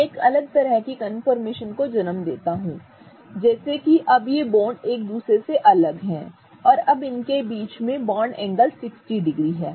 मैं एक अलग तरह की कन्फर्मेशन को जन्म देता हूं जैसे कि अब ये बॉन्ड एक दूसरे से अलग हैं जैसे कि इस और इस के बीच का बॉन्ड एंगल 60 डिग्री है